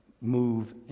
move